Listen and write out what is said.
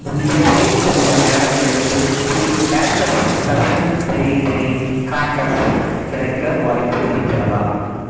இன்றைக்கே கொஞ்சம் நேரம் கழித்து the baker's dozen peri peri crackers கிடைக்க வாய்ப்பு இருக்கிறதா